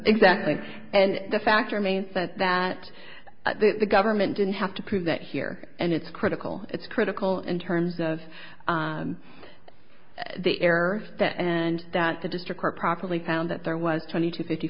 exactly and the fact remains that that the government didn't have to prove that here and it's critical it's critical in terms of the error and that the district court properly found that there was twenty two fifty